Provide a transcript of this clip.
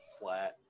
flat